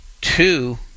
two